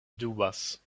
dubas